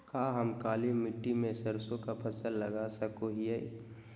का हम काली मिट्टी में सरसों के फसल लगा सको हीयय?